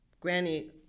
Granny